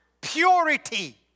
purity